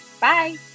Bye